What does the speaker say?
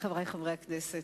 חברי חברי הכנסת,